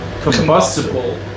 combustible